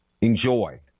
enjoy